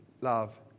love